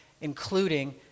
including